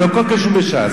הלוא הכול קשור לש"ס.